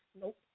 Nope